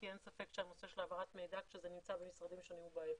כי אין ספק שהנושא של העברת מידע כשזה נמצא במשרדים שונים הוא בעייתי.